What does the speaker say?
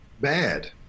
Bad